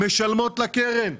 משלמות לקרן.